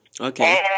Okay